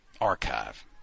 archive